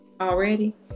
Already